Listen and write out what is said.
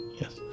yes